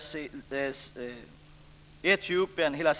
Sellassies Etiopien.